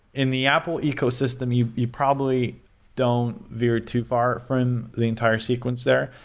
in the apple ecosystem, you you probably don't veer too far from the entire sequence there,